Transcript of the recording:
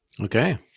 okay